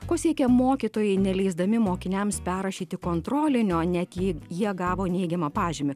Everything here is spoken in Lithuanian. ko siekia mokytojai neleisdami mokiniams perrašyti kontrolinio net jei jie gavo neigiamą pažymį